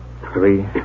Three